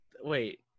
wait